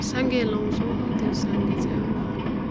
साङ्गे लाउँछौँ त्यो साङ्गे चाहिँ अब हाम्रो